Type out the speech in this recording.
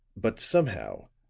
but, somehow,